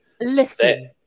Listen